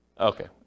Okay